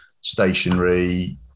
stationary